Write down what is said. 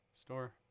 store